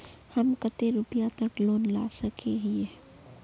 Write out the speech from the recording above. हम कते रुपया तक लोन ला सके हिये?